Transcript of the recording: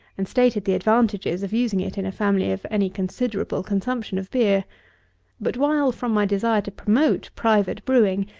and stated the advantages of using it in a family of any considerable consumption of beer but, while, from my desire to promote private brewing,